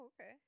okay